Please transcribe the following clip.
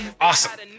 awesome